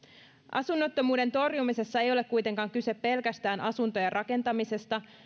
asunnottomuuden torjumisessa ei ole kuitenkaan kyse pelkästään asuntojen rakentamisesta